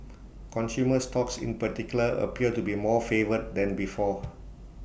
consumer stocks in particular appear to be more favoured than before